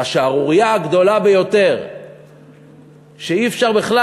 והשערורייה הגדולה ביותר שאי-אפשר בכלל